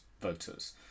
voters